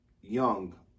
young